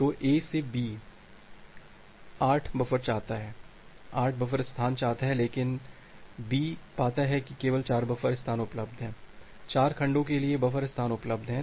तो A B से 8 buffer स्थान चाहता है लेकिन B पाता है कि केवल 4 बफर स्थान उपलब्ध हैं 4 खंडों के लिए बफर स्थान उपलब्ध हैं